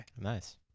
nice